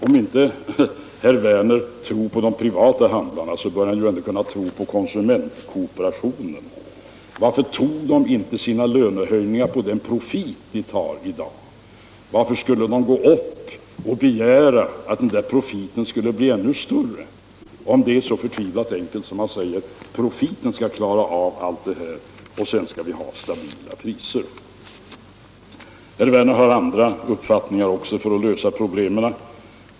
Om inte herr Werner tror på de privata handlarna 165 bör han ändå kunna tro på konsumentkooperationen. Varför tog de inte en del av profiten till sina lönehöjningar. Varför skulle de begära en ännu större profit om det är så förtvivlat enkelt som det sägs i interpellationen, att profiten skall klara av det hela och att vi sedan skall ha stabila priser? Herr Werner har också andra förslag för att lösa problemen.